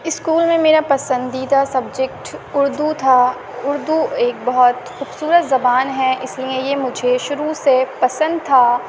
school میں میرا پسندیدہ سبجیکٹ اردو تھا اردو ایک بہت خوبصورت زبان ہے اس لیے یہ مجھے شروع سے پسند تھا